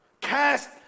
Cast